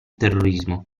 terrorismo